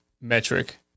metric